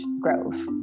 Grove